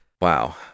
Wow